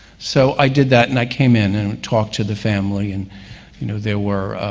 so i did that, and i came in, and talked to the family. and you know there were